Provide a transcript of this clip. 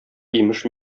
имеш